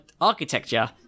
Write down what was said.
architecture